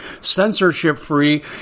censorship-free